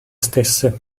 stesse